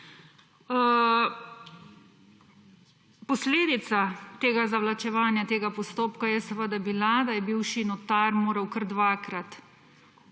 Posledica tega zavlačevanja tega postopka je seveda bila, da je bivši notar moral kar dvakrat